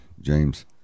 james